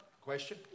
question